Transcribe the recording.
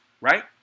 right